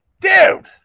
Dude